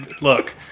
look